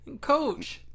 Coach